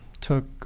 took